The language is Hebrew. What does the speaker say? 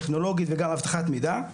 טכנולוגית וגם אבטחת מידע,